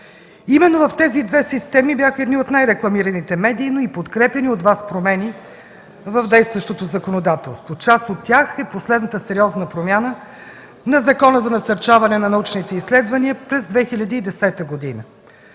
Именно в тези две системи бяха едни от най-рекламираните медийно и подкрепяни от Вас промени в действащото законодателство. Част от тях е последната сериозна промяна на Закона за насърчаване на научните изследвания през 2010 г.